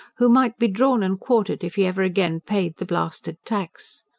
who might be drawn and quartered if he ever again paid the blasted tax.